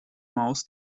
maus